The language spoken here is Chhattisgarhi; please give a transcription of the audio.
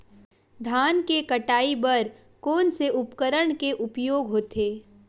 धान के कटाई बर कोन से उपकरण के उपयोग होथे?